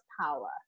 power